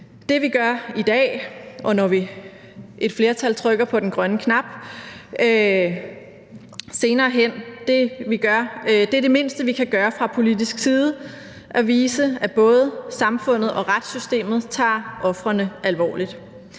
Det, vi gør i dag, og når et flertal trykker på den grønne knap senere, er det mindste, vi kan gøre fra politisk side, altså at vise, at både samfundet og retssystemet tager ofrene alvorligt.